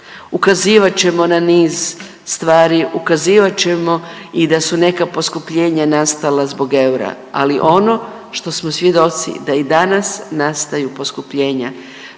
ukazivat ćemo na niz stvari, ukazivat ćemo i da su neka poskupljenja nastala zbog eura, ali ono što smo svjedoci da i danas nastaju poskupljenja